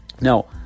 Now